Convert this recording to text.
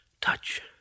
Touch